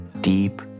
deep